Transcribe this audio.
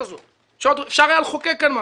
כשעוד אפשר היה לחוקק כאן משהו,